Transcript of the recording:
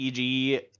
EG